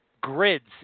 grids